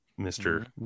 mr